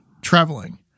Traveling